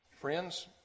Friends